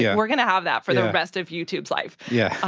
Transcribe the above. yeah we're gonna have that for the rest of youtube's life. yeah